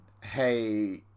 hey